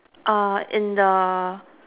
err in the